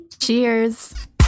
Cheers